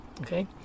okay